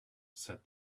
said